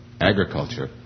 agriculture